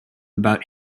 about